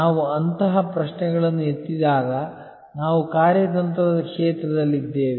ನಾವು ಅಂತಹ ಪ್ರಶ್ನೆಗಳನ್ನು ಎತ್ತಿದಾಗ ನಾವು ಕಾರ್ಯತಂತ್ರದ ಕ್ಷೇತ್ರದಲ್ಲಿದ್ದೇವೆ